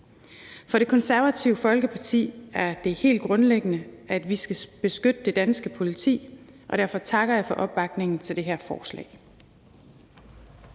For Det Konservative Folkeparti er det helt grundlæggende, at vi skal beskytte det danske politi, og derfor takker jeg for opbakningen til det her forslag.